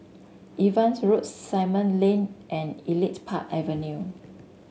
Evans Road Simon Lane and Elite Park Avenue